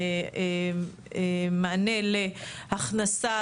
המענה להכנסה,